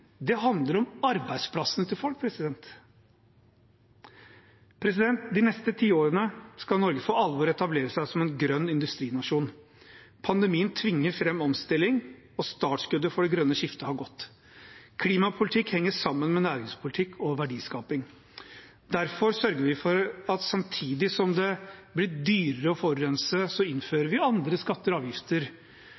Det handler om arbeidsplassene til folk. De neste ti årene skal Norge for alvor etablere seg som en grønn industrinasjon. Pandemien tvinger fram omstilling, og startskuddet for det grønne skiftet har gått. Klimapolitikk henger sammen med næringspolitikk og verdiskaping. Derfor sørger vi for at samtidig som det blir dyrere å forurense,